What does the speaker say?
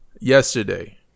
yesterday